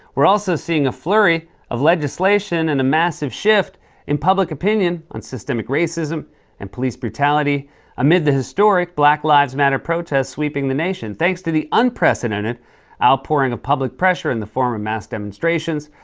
we're also seeing a flurry of legislation and a massive shift in public opinion on systemic racism and police brutality amid the historic black lives matter protests sweeping the nation. thanks to the unprecedented outpouring of public pressure in the form of mass demonstrations,